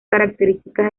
características